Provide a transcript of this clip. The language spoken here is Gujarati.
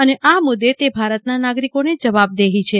અને આ મુદે તે ભારતના નાગરીકોને જવાબદેહી છે